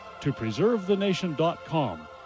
topreservethenation.com